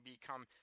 become